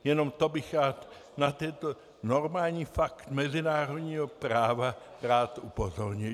Jenom bych rád na tento normální fakt mezinárodního práva upozornil.